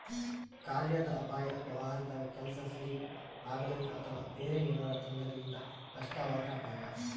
ಕಾರ್ಯಾದ ಅಪಾಯ ವ್ಯವಹಾರದಾಗ ಕೆಲ್ಸ ಸರಿಗಿ ಆಗದಂಗ ಅಥವಾ ಬೇರೆ ಏನಾರಾ ತೊಂದರೆಲಿಂದ ನಷ್ಟವಾದ್ರ ಅಪಾಯ